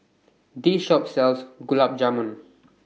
This Shop sells Gulab Jamun